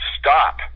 Stop